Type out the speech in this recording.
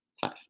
Five